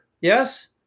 Yes